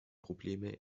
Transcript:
probleme